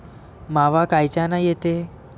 मावा कायच्यानं येते?